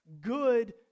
good